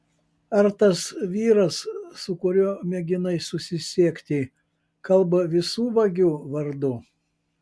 ar tas vyras su kuriuo mėginai susisiekti kalba visų vagių vardu